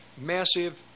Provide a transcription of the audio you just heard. massive